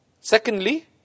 Secondly